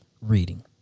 reading